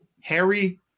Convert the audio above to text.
Harry